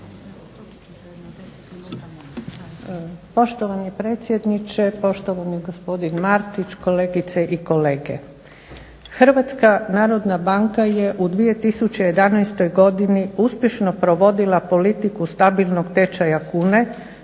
Poštovani predsjedniče, poštovani gospodin Martić, kolegice i kolege. HNB je u 2011. godini uspješno provodila politiku stabilnog tečaja kune